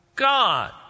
God